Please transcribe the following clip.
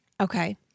Okay